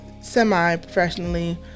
semi-professionally